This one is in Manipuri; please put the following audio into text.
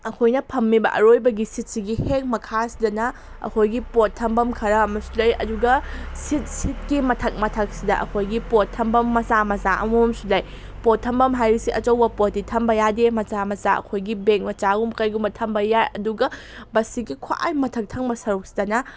ꯑꯩꯈꯣꯏꯅ ꯐꯝꯃꯤꯕ ꯑꯔꯣꯏꯕꯒꯤ ꯁꯤꯠꯁꯤꯒꯤ ꯍꯦꯛ ꯃꯈꯥꯁꯤꯗꯅ ꯑꯩꯈꯣꯏꯒꯤ ꯄꯣꯠ ꯊꯝꯐꯝ ꯈꯔ ꯑꯃꯁꯨ ꯂꯩ ꯑꯗꯨꯒ ꯁꯤꯠ ꯁꯤꯠꯀꯤ ꯃꯊꯛ ꯃꯊꯛꯁꯤꯗ ꯑꯩꯈꯣꯏꯒꯤ ꯄꯣꯠ ꯊꯝꯐꯝ ꯃꯆꯥ ꯃꯆꯥ ꯑꯃꯃꯝꯁꯨ ꯂꯩ ꯄꯣꯠ ꯊꯝꯐꯝ ꯍꯥꯏꯔꯤꯁꯤ ꯑꯆꯧꯕ ꯄꯣꯠꯇꯤ ꯊꯝꯕ ꯌꯥꯗꯦ ꯃꯆꯥ ꯃꯆꯥ ꯑꯩꯈꯣꯏꯒꯤ ꯕꯦꯛ ꯃꯆꯥꯒꯨꯝꯕ ꯀꯩꯒꯨꯝꯕ ꯊꯝꯕ ꯌꯥꯏ ꯑꯗꯨꯒ ꯕꯁꯁꯤꯒꯤ ꯈ꯭ꯋꯥꯏ ꯃꯊꯛ ꯊꯪꯕ ꯁꯔꯨꯛꯁꯤꯗꯅ